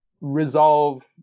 resolve